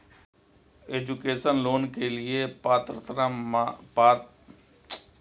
Education loan के लिए पात्रता मानदंड क्या है?